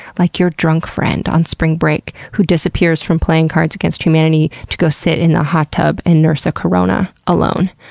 like your drunk friend on spring break who disappears from playing cards against humanity to go sit in the hot tub and nurse a corona alone.